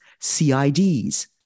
CIDs